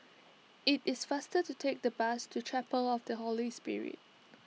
it is faster to take the bus to Chapel of the Holy Spirit